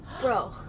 Bro